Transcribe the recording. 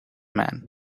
man